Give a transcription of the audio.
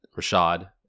Rashad